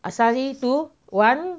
asahi two one